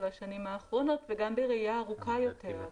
השנים האחרונות וגם בראייה ארוכה יותר.